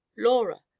laura,